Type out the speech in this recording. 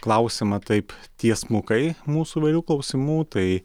klausiama taip tiesmukai mūsų įvairių klausimų tai